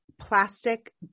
plastic